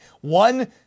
one